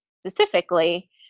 specifically